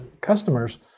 customers